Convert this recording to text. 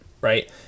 Right